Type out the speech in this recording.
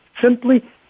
simply